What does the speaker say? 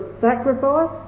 sacrifice